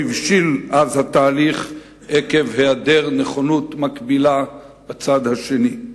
לא הבשיל אז התהליך עקב העדר נכונות מקבילה בצד השני.